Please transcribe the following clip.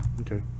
okay